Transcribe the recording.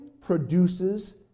produces